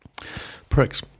Pricks